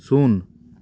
ᱥᱩᱱ